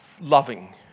loving